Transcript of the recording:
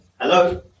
Hello